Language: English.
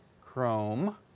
Chrome